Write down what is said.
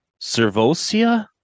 Servosia